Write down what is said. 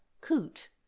coot